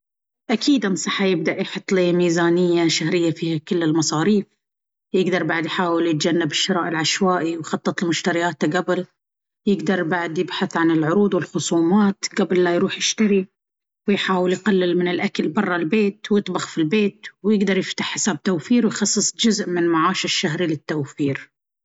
أكيد، أنصحه يبدأ يحط ليه ميزانية شهرية فيها كل المصاريف. يقدر بعد يحاول يتجنب الشراء العشوائي ويخطط لمشترياته قبل. يقدر بعد يبحث عن العروض والخصومات قبل لا يروح يشتري. ويحاول يقلل من الاكل بره البيت، ويطبخ في البيت. ويقدر يفتح حساب توفير ويخصص جزء من معاشه الشهري للتوفير.